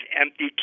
empty